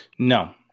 No